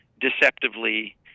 deceptively